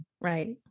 Right